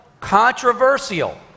controversial